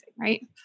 right